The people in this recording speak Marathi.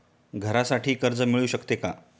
घरासाठी कर्ज मिळू शकते का?